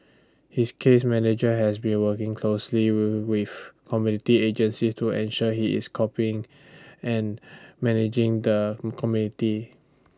his case manager has been working closely with community agencies to ensure he is coping and managing the community